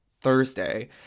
Thursday